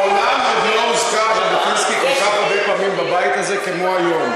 מעולם עוד לא הוזכר ז'בוטינסקי כל כך הרבה פעמים בבית הזה כמו היום.